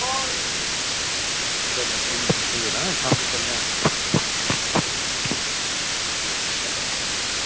चलो ठीक ऐ भी तां शामीं चलने आं